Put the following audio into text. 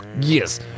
Yes